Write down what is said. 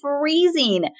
freezing